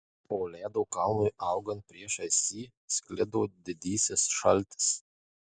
o ledo kalnui augant priešais jį sklido didysis šaltis